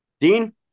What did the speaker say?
dean